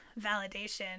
validation